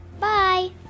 Bye